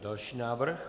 Další návrh?